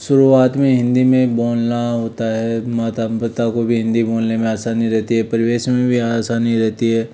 शुरुआत में हिंदी में बोलना होता है माता पिता को भी हिंदी बोलने में आसानी रहती है परिवेश में भी आसानी रहती है